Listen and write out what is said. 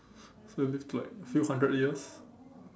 so you'll live like to few hundred years